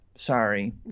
Sorry